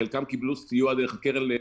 חלקם קיבלו סיוע דרך הקרן --- לא,